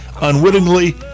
unwittingly